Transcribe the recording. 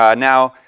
um now,